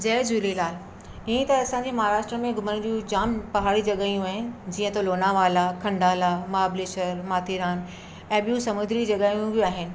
जय झूलेलाल हीअं त असांजे महाराष्ट्र में घुमण जूं जाम पहाड़ी जॻहियूं आहिनि जीअं त लोनावला खंडाला महाबलेश्वर माथेरान ऐं ॿियूं समूद्री जॻाहियूं बि आहिनि